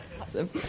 Awesome